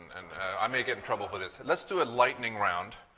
and i may get in trouble for this. let's do a lightning round.